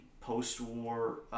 post-war